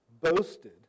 boasted